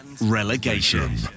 relegation